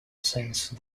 since